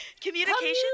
Communication